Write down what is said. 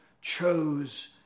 chose